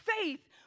faith